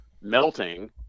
melting